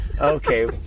Okay